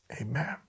amen